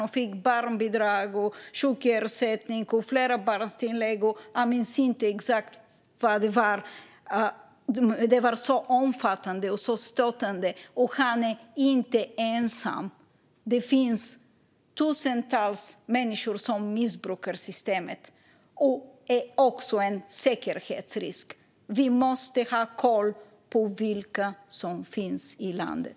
Han fick barnbidrag, sjukersättning och flerbarnstillägg; jag minns inte exakt allt. Det var så omfattande och så stötande. Han är inte ensam. Det finns tusentals människor som missbrukar systemet. Det här är också en säkerhetsrisk. Vi måste ha koll på vilka som finns i landet.